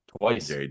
twice